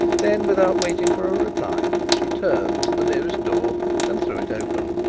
then, without waiting for a reply, she turned to the nearest door and threw it open.